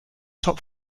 top